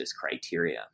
criteria